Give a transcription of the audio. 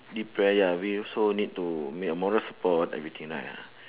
impre~ ya we also need to make a moral support everything lah ya